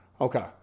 Okay